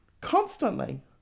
constantly